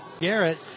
Garrett